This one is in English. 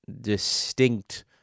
distinct